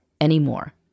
anymore